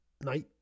night